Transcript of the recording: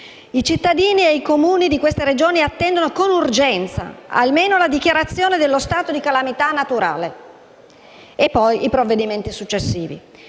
I cittadini e i Comuni di queste Regioni attendono con urgenza almeno la dichiarazione dello stato di calamità naturale e poi i provvedimenti successivi.